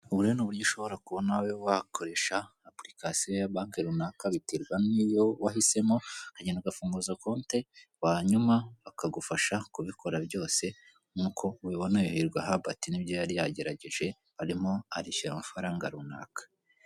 Ubu rero ni uburyo ushobora kuba nawe wakoresha application ya banki runaka biterwa n'iyo wahisemo, ukagenda ugafunguza konti hanyuma akagufasha kubikora byose nk'uko ubibona uyu Hirwa hubert ari byo yari yagerageje arimo arishyura amafaranga runaka.